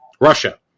Russia